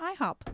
IHOP